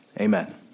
amen